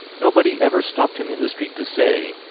nobody ever stopped him in the street to say,